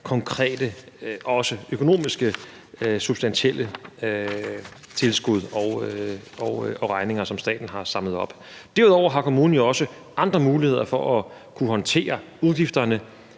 konkrete også økonomiske substantielle tilskud og regninger, som staten har samlet op. Derudover har kommunen jo også andre muligheder for at kunne håndtere udgifterne.